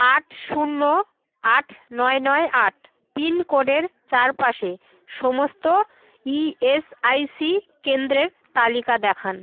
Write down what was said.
আট শূন্য আট নয় নয় আট পিনকোডের চারপাশে সমস্ত ইএসআইসি কেন্দ্রের তালিকা দেখান